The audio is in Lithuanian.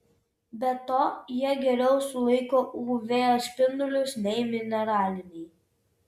be to jie geriau sulaiko uv spindulius nei mineraliniai